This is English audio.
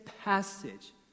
passage